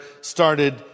started